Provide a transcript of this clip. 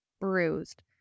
bruised